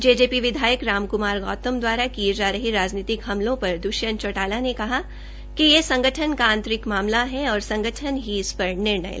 JJP विधायक राजक्मार गौतम द्वारा किये जा रहे राजनीतिक हमलों पर द्ष्यंत चौटाला ने कहा कि यह संगठन का आंतरिक मामला है और संगठन ही इस पर निर्णय लेगा